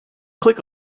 click